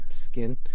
skin